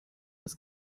des